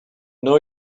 know